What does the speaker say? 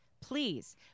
Please